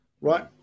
right